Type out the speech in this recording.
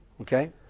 Okay